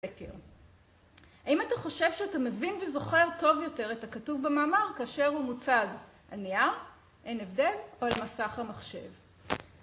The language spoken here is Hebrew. האם אתה חושב שאתה מבין וזוכר טוב יותר את הכתוב במאמר כאשר הוא מוצג על נייר, אין הבדל, או על מסך המחשב?